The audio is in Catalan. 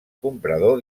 comprador